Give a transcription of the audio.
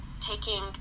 taking